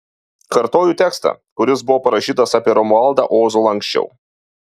kartoju tekstą kuris buvo parašytas apie romualdą ozolą anksčiau